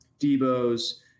Debo's